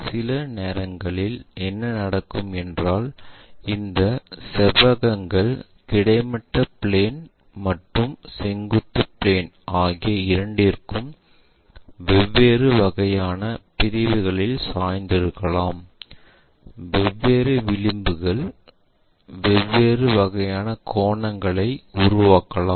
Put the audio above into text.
சில நேரங்களில் என்ன நடக்கும் என்றால் இந்த செவ்வகங்கள் கிடைமட்ட பிளேன் மற்றும் செங்குத்து பிளேன் ஆகிய இரண்டிற்கும் வெவ்வேறு வகையான பிரிவுகளில் சாய்ந்திருக்கலாம் வெவ்வேறு விளிம்புகள் வெவ்வேறு வகையான கோணங்களை உருவாக்கலாம்